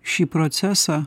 šį procesą